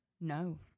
No